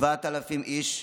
7,000 איש,